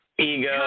Ego